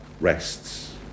rests